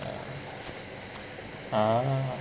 ah